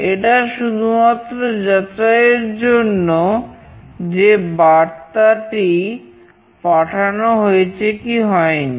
এটা শুধুমাত্র যাচাইয়ের জন্য যে বার্তাটি পাঠানো হয়েছে কি হয়নি